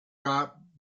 got